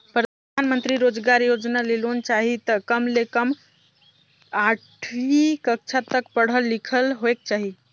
परधानमंतरी रोजगार योजना ले लोन चाही त कम ले कम आठवीं कक्छा तक पढ़ल लिखल होएक चाही